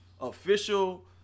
official